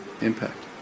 impact